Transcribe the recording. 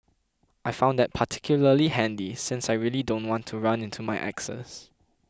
I found that particularly handy since I really don't want to run into my exes